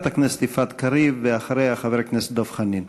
חברת הכנסת יפעת קריב, ואחריה, חבר הכנסת דב חנין.